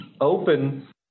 open